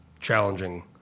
challenging